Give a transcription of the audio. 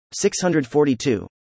642